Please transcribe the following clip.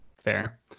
Fair